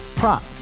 Prop